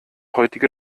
heutige